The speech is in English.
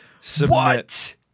submit